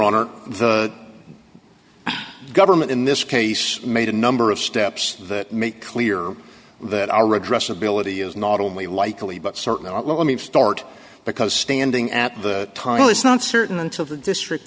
honor the government in this case made a number of steps that make clear that our redress ability is not only likely but certainly not let me start because standing at the time was not certain until the district